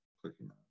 clicking